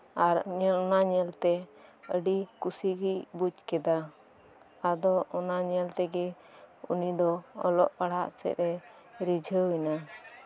ᱟᱨ ᱱᱤᱨᱱᱚᱭ ᱧᱮᱞᱛᱮ ᱟᱹᱰᱤ ᱠᱩᱥᱤᱜᱮ ᱵᱩᱡᱽ ᱠᱮᱫᱟ ᱟᱫᱚ ᱚᱱᱟ ᱧᱮᱞ ᱛᱮᱜᱮ ᱩᱱᱤ ᱫᱚ ᱚᱞᱚᱜ ᱯᱟᱲᱦᱟᱜ ᱥᱮᱫ ᱮ ᱨᱤᱡᱷᱟᱹᱣ ᱮᱱᱟ